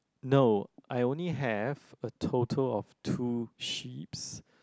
no I only have a total of two sheep's